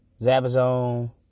Zabazone